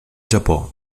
japó